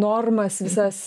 normas visas